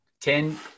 Ten